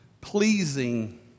pleasing